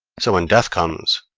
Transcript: so when death comes,